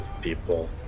people